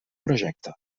projecte